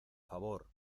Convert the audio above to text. favor